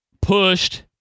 pushed